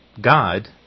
God